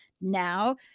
now